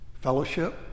Fellowship